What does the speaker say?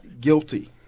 guilty